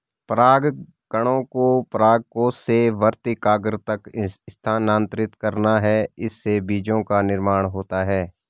परागकणों को परागकोश से वर्तिकाग्र तक स्थानांतरित करना है, इससे बीजो का निर्माण होता है